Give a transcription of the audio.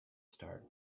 start